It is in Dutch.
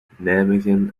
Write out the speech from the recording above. nijmegen